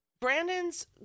Brandon's